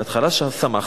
בהתחלה שמחתי,